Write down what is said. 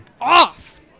off